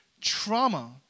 trauma